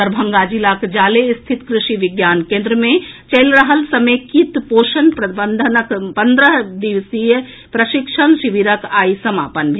दरभंगा जिलाक जाले स्थित कृषि विज्ञान केंद्र मे चलि रहल समेकित पोषण प्रबंधनक पंद्रह दिवसीय प्रशिक्षण शिविरक आइ समापन भेल